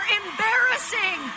embarrassing